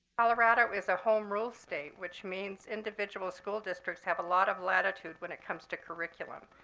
colorado is a home rule state, which means individual school districts have a lot of latitude when it comes to curriculum.